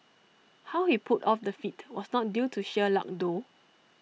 how he pulled off the feat was not due to sheer luck though